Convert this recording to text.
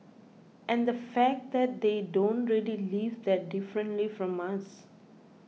and the fact that they don't really live that differently from us